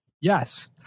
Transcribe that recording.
Yes